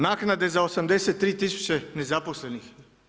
Naknade za 83 000 nezaposlenih.